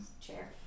Chair